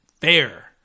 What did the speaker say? fair